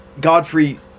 Godfrey